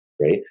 right